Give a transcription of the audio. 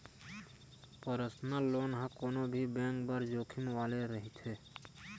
personal loan ह कोनो भी बेंक बर जोखिम वाले रहिथे